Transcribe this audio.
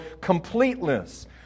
completeness